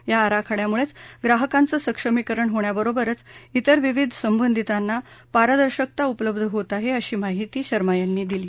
या आराखड्यामुळे ग्राहकांचं सक्षमीकरण होण्याबरोबरच इतर विविध संबंधितांना पारदर्शकता उपलब्ध होत आहे अशी माहिती शर्मा यांनी दिली